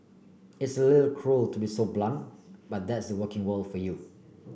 it's a little cruel to be so blunt but that's the working world for you